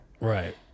right